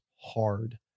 hard